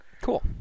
Cool